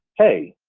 hey,